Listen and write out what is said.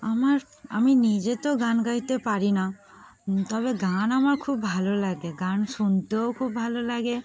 আমার আমি নিজে তো গান গাইতে পারি না তবে গান আমার খুব ভালো লাগে গান শুনতেও খুব ভালো লাগে